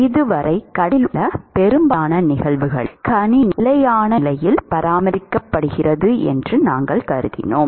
இதுவரை கடத்தலில் உள்ள பெரும்பாலான நிகழ்வுகளில் கணினி ஒரு நிலையான நிலையில் பராமரிக்கப்படுகிறது என்று நாங்கள் கருதினோம்